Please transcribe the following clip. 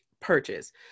purchase